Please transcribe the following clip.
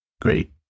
Great